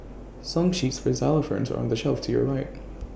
song sheets for xylophones are on the shelf to your right